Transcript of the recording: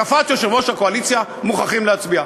קפץ יושב-ראש הקואליציה: מוכרחים להצביע,